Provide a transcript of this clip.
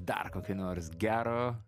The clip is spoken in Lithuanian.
dar kokį nors gero